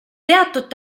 teatud